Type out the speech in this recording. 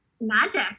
magic